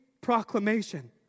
proclamation